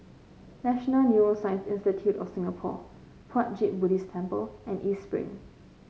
National Neuroscience Institute of Singapore Puat Jit Buddhist Temple and East Spring